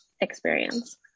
experience